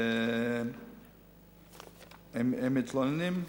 הם מתלוננים,